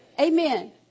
Amen